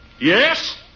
Yes